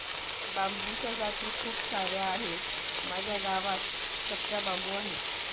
बांबूच्या जाती खूप सार्या आहेत, माझ्या गावात चपटा बांबू आहे